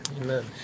Amen